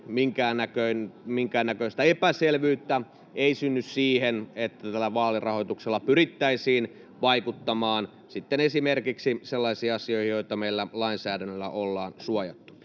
minkäännäköistä epäselvyyttä ei synny siitä, että tällä vaalirahoituksella pyrittäisiin vaikuttamaan sitten esimerkiksi sellaisiin asioihin, joita meillä ollaan lainsäädännöllä suojattu.